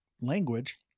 language